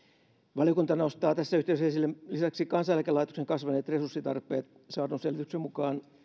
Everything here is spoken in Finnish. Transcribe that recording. valiokunta nostaa tässä yhteydessä esille lisäksi kansaneläkelaitoksen kasvaneet resurssitarpeet saadun selvityksen mukaan